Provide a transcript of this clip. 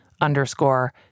underscore